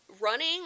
running